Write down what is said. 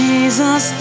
Jesus